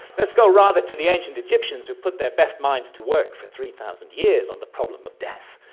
let's go rather to the ancient egyptians, who put their best minds to work for three thousand years on the problem of death.